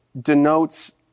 denotes